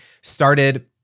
started